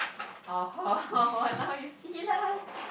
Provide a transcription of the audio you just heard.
orh hor !walao! you see lah